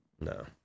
No